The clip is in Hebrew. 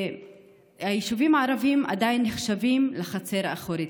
היישובים הערביים עדיין נחשבים לחצר האחורית.